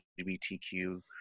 LGBTQ